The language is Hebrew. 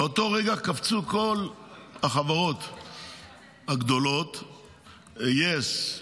באותו רגע קפצו כל החברות הגדולות, yes ,